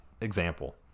example